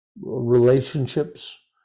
relationships